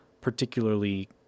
particularly